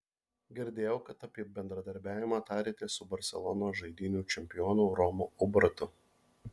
girdėjau kad apie bendradarbiavimą tarėtės su barselonos žaidynių čempionu romu ubartu